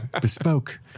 Bespoke